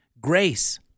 grace